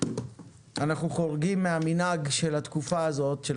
אנחנו חורגים מהמנהג של התקופה הזאת של